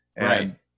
Right